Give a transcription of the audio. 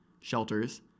shelters